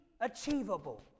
achievable